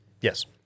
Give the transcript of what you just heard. Yes